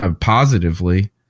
positively